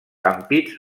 ampits